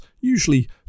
usually